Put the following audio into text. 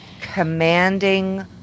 commanding